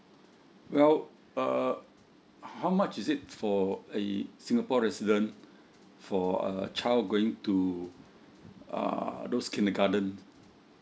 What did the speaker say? well uh how much is it for !ee! singapore resident for a child going to uh those kindergarten